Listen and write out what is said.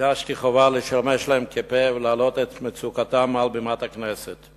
הרגשתי חובה לשמש להם לפה ולהעלות את מצוקתם מעל במת הכנסת.